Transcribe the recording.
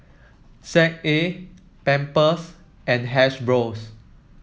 Z A Pampers and Hasbro